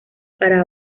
para